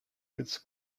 with